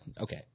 okay